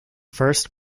first